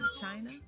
China